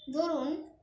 ধরুন